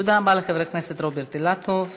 תודה רבה לחבר הכנסת רוברט אילטוב.